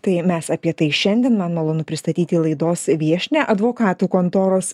tai mes apie tai šiandien man malonu pristatyti laidos viešnią advokatų kontoros